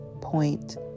point